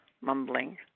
mumbling